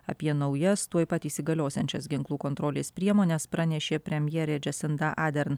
apie naujas tuoj pat įsigaliosiančias ginklų kontrolės priemones pranešė premjerė džesinda adern